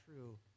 true